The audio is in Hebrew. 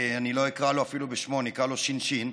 לו ש"ש,